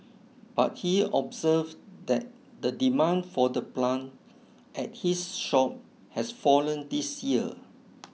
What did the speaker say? but he observed that the demand for the plant at his shop has fallen this year